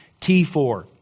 t4